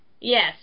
Yes